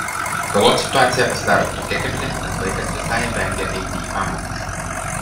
galop situacija pasidaro tokia kebli kad vaikas visai vengia eiti į pamokas